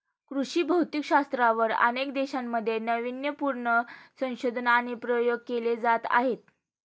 कृषी भौतिकशास्त्रावर अनेक देशांमध्ये नावीन्यपूर्ण संशोधन आणि प्रयोग केले जात आहेत